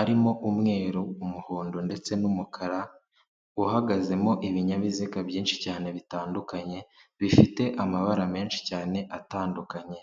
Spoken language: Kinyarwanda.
arimo umweru, umuhondo ndetse n'umukara, uhagazemo ibinyabiziga byinshi cyane bitandukanye, bifite amabara menshi cyane atandukanye.